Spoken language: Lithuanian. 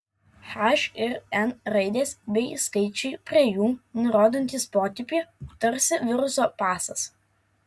h ir n raidės bei skaičiai prie jų nurodantys potipį tarsi viruso pasas